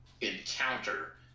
encounter